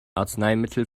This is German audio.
arzneimittel